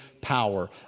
power